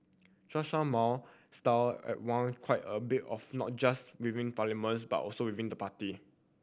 Chen Show Mao style are waned quite a bit of not just within parliaments but also within the party